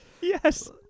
Yes